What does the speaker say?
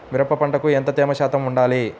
మిరప పంటకు ఎంత తేమ శాతం వుండాలి?